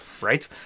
Right